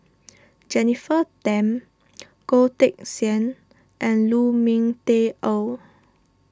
Jennifer Tham Goh Teck Sian and Lu Ming Teh Earl